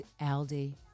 Aldi